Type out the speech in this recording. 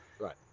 Right